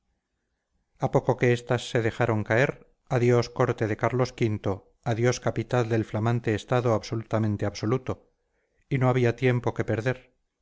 a poco que estas se dejaron caer adiós corte de carlos v adiós capital del flamante estado absolutamente absoluto y no había tiempo que perder